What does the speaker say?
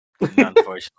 Unfortunately